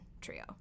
trio